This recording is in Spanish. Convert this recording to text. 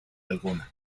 alguna